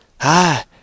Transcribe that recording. Ah